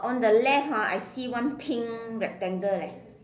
on the left ah I see one pink rectangle leh